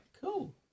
cool